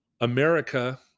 America